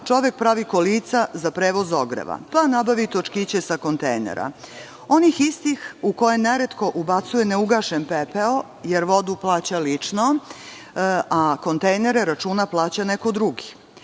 čovek pravi kolica za prevoz ogreva, pa nabavi točkiće sa kontejnera, onih istih u koje neretko ubacuje neugašen pepeo jer vodu plaća lično, a kontejnere plaća neko drugi,